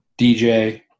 DJ